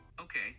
Okay